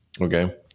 okay